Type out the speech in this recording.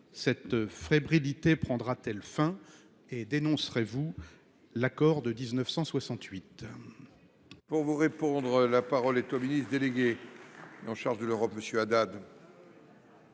Cette frébrilité prendra-t-elle fin ? Et dénoncerez-vous l'accord de 1968 ?